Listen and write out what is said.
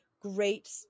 great